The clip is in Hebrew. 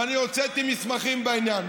ואני הוצאתי מסמכים בעניין.